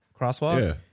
crosswalk